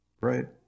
right